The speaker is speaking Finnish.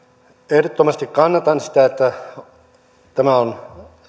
ehdottomasti kannatan sitä että tämä on